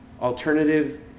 alternative